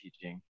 teaching